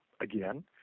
again